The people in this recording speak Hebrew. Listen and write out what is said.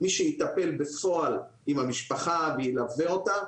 מי שיטפל בפועל במשפחה וילווה אותה,